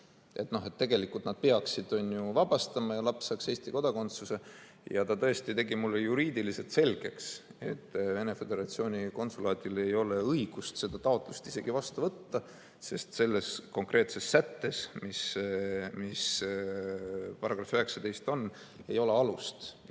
et tegelikult nad peaksid vabastama ja laps saaks Eesti kodakondsuse. Ta tõesti tegi mulle juriidiliselt selgeks, et Venemaa Föderatsiooni konsulaadil ei ole õigust seda taotlust isegi vastu võtta, sest selles konkreetses sättes, mis on § 19, ei ole alust